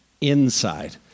inside